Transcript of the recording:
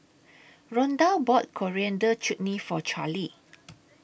Rondal bought Coriander Chutney For Carley